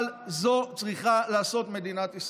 אבל את זה צריכה לעשות מדינת ישראל.